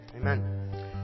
Amen